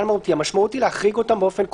המשמעות היא להחריג אותם באופן כולל,